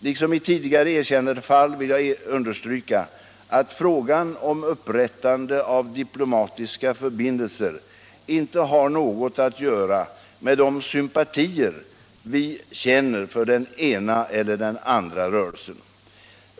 Liksom i tidigare erkännandefall vill jag understryka att frågan om upprättande av diplomatiska förbindelser inte har något att göra med de sympatier vi känner för den ena eller andra rörelsen.